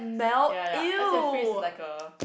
ya ya ice and freeze is like a